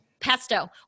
pesto